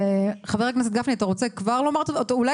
חבר הכנסת גפני, אתה רוצה לומר משהו?